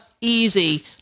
easy